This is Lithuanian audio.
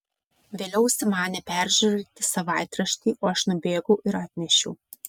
vėliau užsimanė peržiūrėti savaitraštį o aš nubėgau ir atnešiau